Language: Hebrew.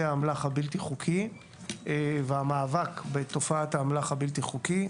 האמל"ח הבלתי חוקי ובמאבק בתופעת האמל"ח הבלתי חוקי.